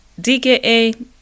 DKA